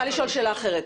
שאלה אחרת.